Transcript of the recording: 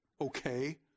okay